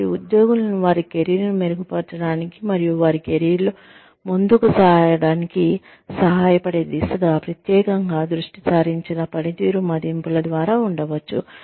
కాబట్టి ఉద్యోగులను వారి కెరీర్ను మెరుగుపరచడానికి మరియు వారి కెరీర్లో ముందుకు సాగడానికి సహాయపడే దిశగా ప్రత్యేకంగా దృష్టి సారించిన పనితీరు మదింపుల ద్వారా ఉంచవచ్చు